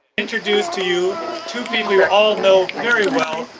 introduce to you two people you all know very well,